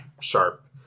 sharp